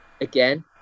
again